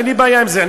אין לי בעיה עם זה,